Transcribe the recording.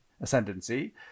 ascendancy